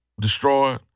destroyed